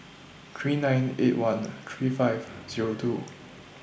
three nine eight one three five Zero two